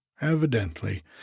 Evidently